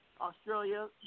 Australia